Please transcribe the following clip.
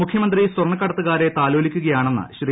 മുഖ്യമന്ത്രി പ്പു സ്വർണക്കടത്തുകാരെ താലോലിക്കുകയാണെന്ന് ശ്രീ